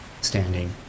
standing